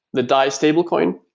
the dai stablecoin,